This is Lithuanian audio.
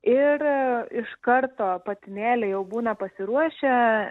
ir iš karto patinėliai jau būna pasiruošę